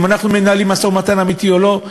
אם אנחנו מנהלים משא-ומתן אמיתי או לא?